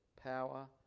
power